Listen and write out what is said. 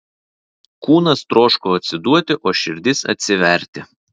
kūnas troško atsiduoti o širdis atsiverti